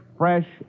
fresh